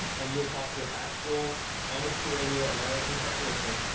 and you'll talk to an actual amateur radio american technician,